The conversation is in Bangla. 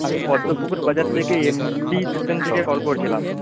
আমি পদ্মপুকুর বাজার থেকে এম বি ফ্যাশন থেকে কল করছিলাম